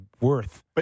worth